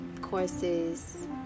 courses